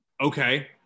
Okay